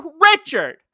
Richard